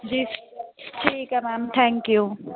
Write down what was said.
ਜੀ ਠੀਕ ਹੈ ਮੈਮ ਥੈਂਕ ਯੂ